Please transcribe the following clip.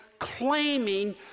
claiming